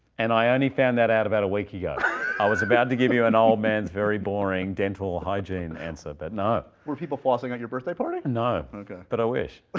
and i only found that out about a yeah i was about to give you an old man's very boring dental hygiene answer, but no. were people flossing on your birthday party? no, but i wish. ah